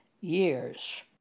years